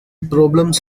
problems